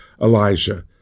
Elijah